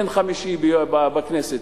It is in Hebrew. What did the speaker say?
אין חמישי בכנסת,